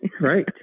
Right